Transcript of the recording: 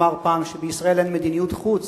שבישראל אין מדיניות חוץ,